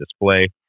display